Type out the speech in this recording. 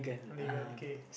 Malay girl okay